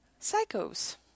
Psychos